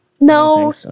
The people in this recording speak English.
No